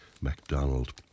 MacDonald